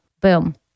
Boom